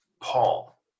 Paul